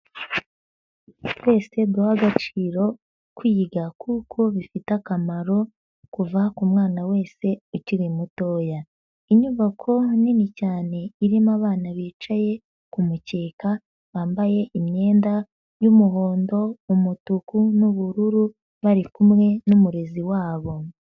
Twese duhe agaciro kwiga kuko bifite akamaro kuva ku mwana wese ukiri mutoya. Inyubako nini cyane irimo abana bicaye kumukeka bambaye imyenda y'umuhondo, umutuku n'ubururu bari kumwe n'umurezi wabo.